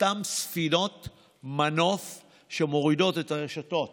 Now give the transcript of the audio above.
אותן ספינות מנוף שמורידות את הרשתות,